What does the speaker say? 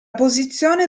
posizione